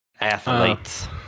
Athletes